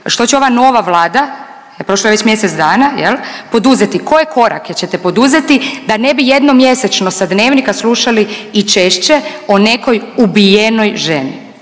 što će ova nova Vlada jer prošlo je već mjesec dana jel, poduzeti, koje korake ćete poduzeti da ne bi jednom mjesečno sa Dnevnika slušali i češće o nekoj ubijenoj ženi